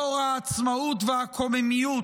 דור העצמאות והקוממיות,